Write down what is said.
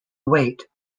weight